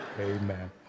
amen